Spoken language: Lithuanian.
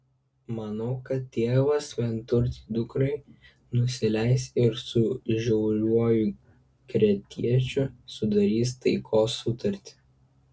manau kad tėvas vienturtei dukrai nusileis ir su žiauriuoju kretiečiu sudarys taikos sutartį